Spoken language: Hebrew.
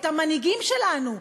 את המנהיגים שלנו,